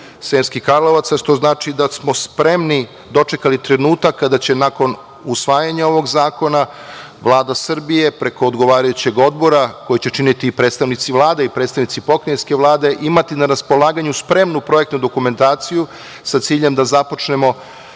Sremskih Karlovaca, što znači da smo spremni dočekali trenutak kada će nakon usvajanja ovog zakona Vlada Srbije, preko odgovarajućeg odbora, koji će činiti predstavnici Vlade, predstavnici Pokrajinske vlade, imati na raspolaganju spremnu projektnu dokumentaciju, sa ciljem da započnemo,